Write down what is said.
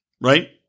Right